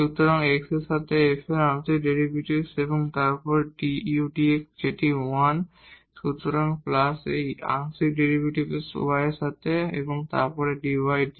সুতরাং x এর সাথে f এর আংশিক ডেরিভেটিভ এবং তারপর dudx যেটি 1 সুতরাং প্লাস এই আংশিক ডেরিভেটিভের সাথে y এবং তারপর dydx